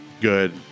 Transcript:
good